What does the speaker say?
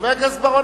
חבר הכנסת בר-און,